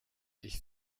ich